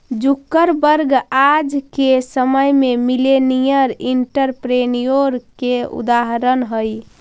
Zuckerberg आज के समय में मिलेनियर एंटरप्रेन्योर के उदाहरण हई